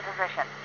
position